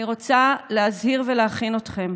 אני רוצה להזהיר ולהכין אתכם: